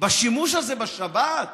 בשימוש הזה בשבת?